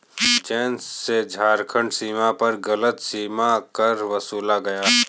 जयंत से झारखंड सीमा पर गलत सीमा कर वसूला गया